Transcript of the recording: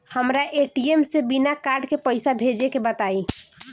हमरा ए.टी.एम से बिना कार्ड के पईसा भेजे के बताई?